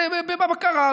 בבקרה,